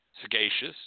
sagacious